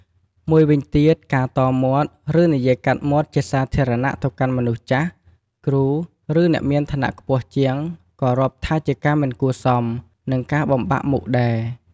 មួយវិញទៀត ការតមាត់ ឬនិយាយកាត់មាត់ជាសាធារណៈទៅកាន់មនុស្សចាស់ គ្រូ ឬ អ្នកមានឋានៈខ្ពស់ជាងក៏រាប់ថាជាការមិនគួរសម និង ការបំបាក់មុខដែរ។